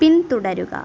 പിന്തുടരുക